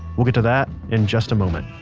we'll get to that, in just a moment